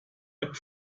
app